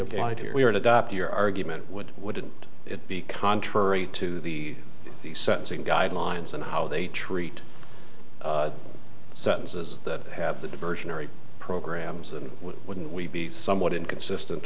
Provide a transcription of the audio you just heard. applied here we are in adopt your argument would wouldn't it be contrary to the the sentencing guidelines and how they treat statuses that have the diversionary programs and wouldn't we be somewhat inconsistent